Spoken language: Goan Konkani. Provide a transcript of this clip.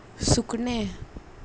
सुकणें